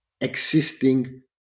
existing